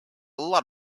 lot